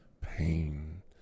pain